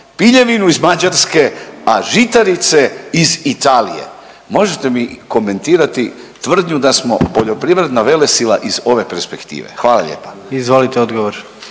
piljevinu iz Mađarske, a žitarice iz Italije. Možete mi komentirati tvrdnju da smo poljoprivredna velesila iz ove perspektive, hvala lijepa. **Jandroković,